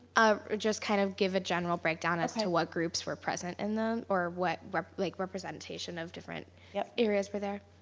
ah just kind of give a general break-down as to what groups were present in them, or what like representation of different yeah areas were there.